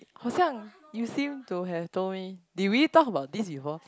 I was young you to seem to have told me did we talk about this before